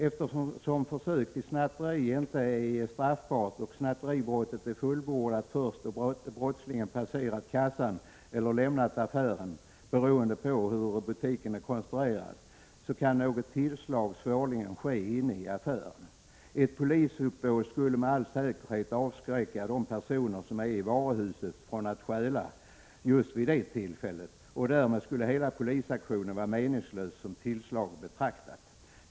Eftersom försök till snatteri inte är straffbart och snatteribrottet är fullbordat först då brottslingen har passerat kassan eller lämnat affären — det beror på hur butiken är konstruerad —, kan något tillslag svårligen ske inne i affären. Ett polisuppbåd skulle med all säkerhet avskräcka de personer som är i varuhuset från att stjäla vid just det tillfället. Därmed skulle hela polisaktionen vara meningslös som tillslag betraktad.